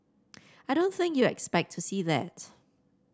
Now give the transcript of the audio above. I don't think you expect to see that